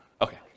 Okay